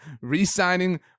re-signing